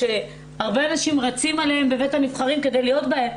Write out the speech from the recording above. שהרבה אנשים רצים אליהן בבית הנבחרים כדי להיות בהן,